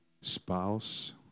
spouse